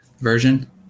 version